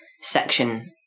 section